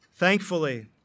Thankfully